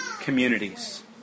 communities